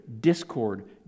discord